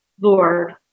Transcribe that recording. Lord